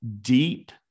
deep